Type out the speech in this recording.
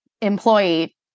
employee